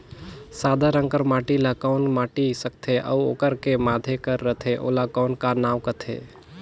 सादा रंग कर माटी ला कौन माटी सकथे अउ ओकर के माधे कर रथे ओला कौन का नाव काथे?